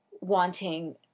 wanting